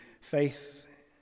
faith